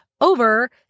over